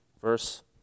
verse